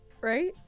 Right